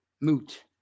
moot